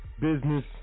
business